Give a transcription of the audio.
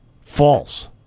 False